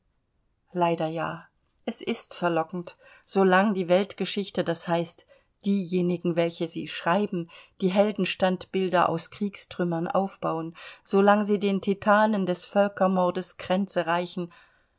leider ja es ist verlockend so lang die weltgeschichte das heißt diejenigen welche sie schreiben die heldenstandbilder aus kriegstrümmern aufbauen so lang sie den titanen des völkermordes kränze reichen